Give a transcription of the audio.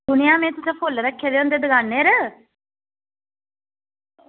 सुनेआ में तुसें फुल्ल रक्खे दे होंदे दकानै पर